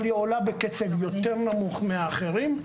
אבל היא עולה בקצב יותר נמוך מהאחרים.